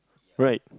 right